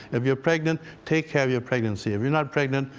if you're pregnant, take care of your pregnancy. if you're not pregnant,